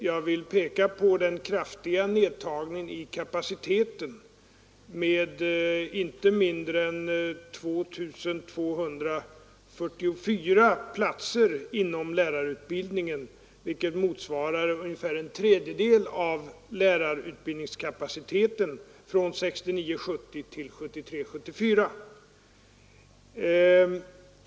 Jag vill peka på den kraftiga minskningen av kapaciteten inom lärarutbildningen med inte mindre än 2 244 platser, vilket motsvarar ungefär en tredjedel av lärarutbildningskapaciteten, från 1969 74.